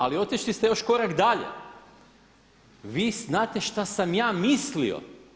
Ali otišli ste još korak dalje vi znate što sam ja mislio.